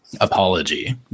apology